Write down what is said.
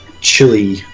chili